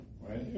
Right